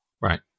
Right